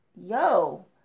yo